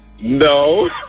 No